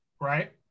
right